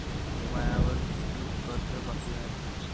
मायावर कितीक कर्ज बाकी हाय?